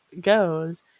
goes